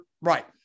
Right